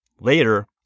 Later